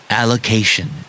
allocation